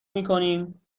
میکنیم